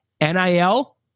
NIL